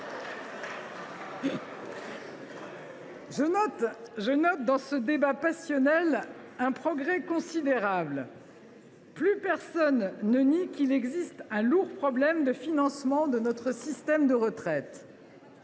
Je note dans ce débat passionnel un progrès considérable : plus personne ne nie qu’il existe un lourd problème de financement de notre système de retraites.